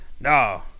no